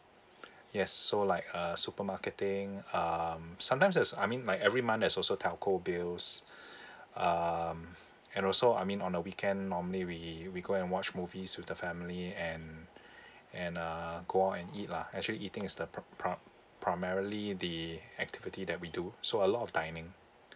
yes so like a supermarketing um sometimes just I mean like every month there's also telco bills um and also I mean on the weekend normally we we go and watch movies with the family and and uh go out and eat lah actually eating is the pr~ pri~ primarily the activity that we do so a lot of dining